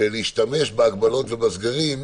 להשתמש בהגבלות ובסגרים,